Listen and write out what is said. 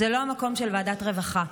זה לא המקום של ועדת הרווחה.